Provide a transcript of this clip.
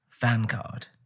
Vanguard